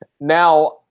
Now